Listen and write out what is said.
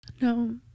No